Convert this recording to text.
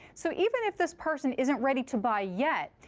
so even if this person isn't ready to buy yet,